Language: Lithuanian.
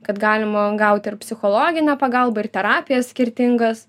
kad galima gauti ir psichologinę pagalbą ir terapijas skirtingas